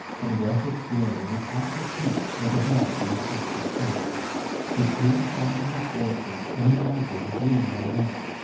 and wessex lay in a patch of peace, like a dog in a patch of sun the king sat in his orchard, among apples green and red,